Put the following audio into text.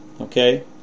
okay